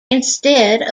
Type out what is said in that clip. instead